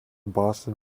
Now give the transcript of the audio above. boston